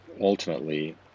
ultimately